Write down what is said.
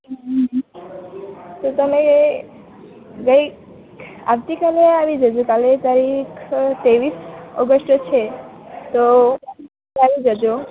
હમ તો તમે બેય આવતી કાલે આવી જજો કાલે તારીખ તેવીસ ઓગસ્ટ છે તો આવી જજો